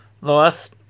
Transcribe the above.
lost